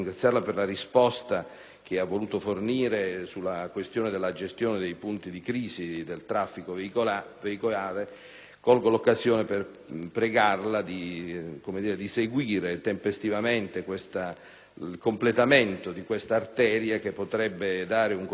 che ha voluto fornire per quanto riguarda la gestione dei punti di crisi del traffico veicolare, colgo l'occasione per pregarla di seguire tempestivamente il completamento di questa arteria che potrebbe dare un contributo straordinario